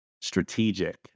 strategic